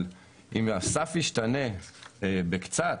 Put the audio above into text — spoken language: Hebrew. אבל אם הסף ישתנה קצת,